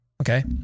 Okay